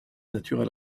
naturel